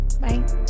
Bye